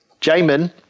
Jamin